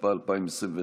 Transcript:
התשפ"א 2021,